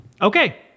Okay